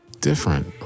Different